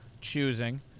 choosing